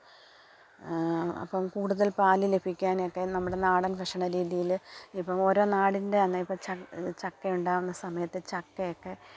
അപ്പോള് കൂടുതൽ പാല് ലഭിക്കാനൊക്കെ നമ്മുടെ നാടൻ ഭക്ഷണ രീതിയില് ഇപ്പോള് ഓരോ നാടിൻ്റെ ആന്ന് ഇപ്പോള് ചക്ക് ചക്ക ഉണ്ടാകുന്ന സമയത്ത് ചക്കയൊക്കെ